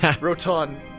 Rotan